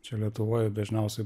čia lietuvoj dažniausiai